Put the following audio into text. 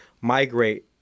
migrate